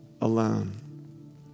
alone